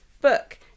book